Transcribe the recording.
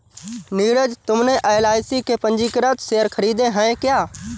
नीरज तुमने एल.आई.सी के पंजीकृत शेयर खरीदे हैं क्या?